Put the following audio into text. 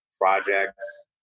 projects